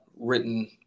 written